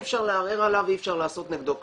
אפשר לערער עליו ואי אפשר לעשות נגדו כלום.